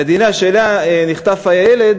המדינה שממנה נחטף הילד